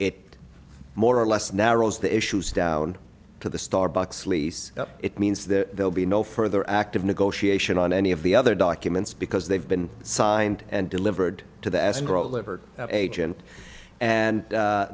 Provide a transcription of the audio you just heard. it more or less narrows the issues down to the starbucks lease it means there'll be no further active negotiation on any of the other documents because they've been signed and delivered to the astro libert agent and